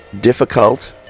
difficult